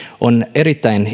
on erittäin